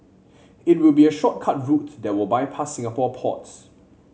it will be a shortcut route that will bypass Singapore ports